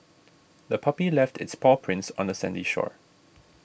the puppy left its paw prints on the sandy shore